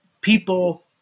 people